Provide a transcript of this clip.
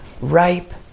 ripe